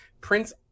prince